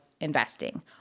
investing